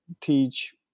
teach